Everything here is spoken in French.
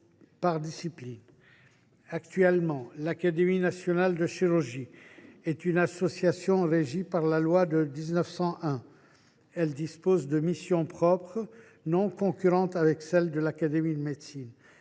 par discipline. Actuellement, l’Académie nationale de chirurgie est une association régie par la loi de 1901. Elle dispose de missions propres, non concurrentes avec celles de l’Académie nationale de médecine.